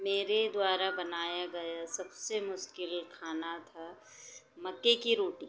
मेरे द्वारा बनाया गया सबसे मुश्किल खाना था मक्के की रोटी